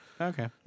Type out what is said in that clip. Okay